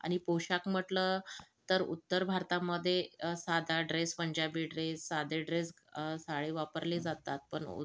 आणि पोशाख म्हटलं तर उत्तर भारतामध्ये साधा ड्रेस पंजाबी ड्रेस साधे ड्रेस साडी वापरली जातात पण उत्त